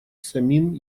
самим